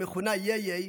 המכונה יאייאיי,